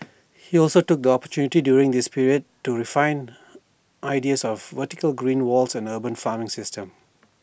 he also took the opportunity during this period to refine ideas of vertical green walls and urban farming systems